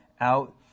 out